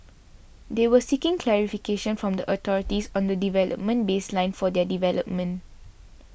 they are seeking clarification from the authorities on the development baseline of their development